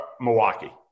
Milwaukee